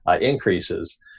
increases